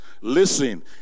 Listen